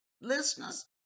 listeners